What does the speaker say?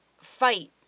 fight